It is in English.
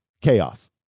chaos